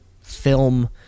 film